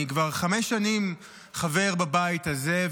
אני כבר חמש שנים חבר בבית הזה,